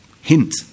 Hint